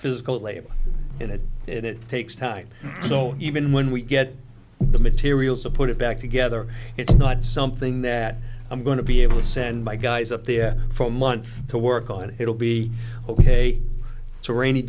physical labor in that it takes time so even when we get the materials a put it back together it's not something that i'm going to be able send my guys up there for a month to work on it'll be ok so rainy